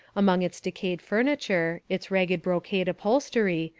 among its decayed furniture, its ragged brocade upholstery,